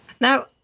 Now